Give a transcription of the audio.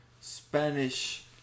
Spanish